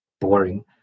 boring